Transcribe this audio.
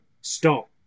stop